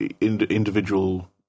individual